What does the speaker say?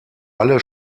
alle